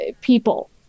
people